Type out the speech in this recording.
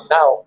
Now